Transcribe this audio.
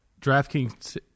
DraftKings